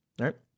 right